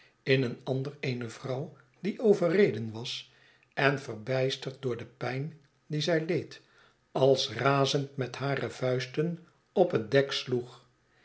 in een ander eene vrouw die overreden was en verbijsterd door de pijn die zij leed als razend met hare vuisten op het dek sloeg